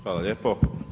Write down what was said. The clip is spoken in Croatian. Hvala lijepo.